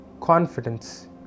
confidence